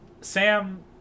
Sam